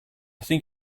think